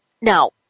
Now